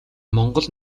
монгол